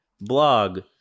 blog